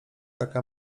taka